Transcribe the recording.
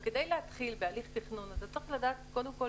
כדי להתחיל בהליך תכנון אתה צריך לדעת קודם כל